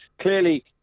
clearly